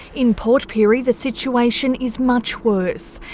in port pirie, the situation is much worse.